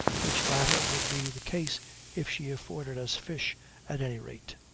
which latter would be the case if she afforded us fish at any rate.